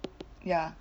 ya